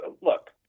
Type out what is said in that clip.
look